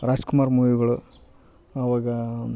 ರಾಜ್ಕುಮಾರ್ ಮೂವಿಗಳು ಆವಾಗ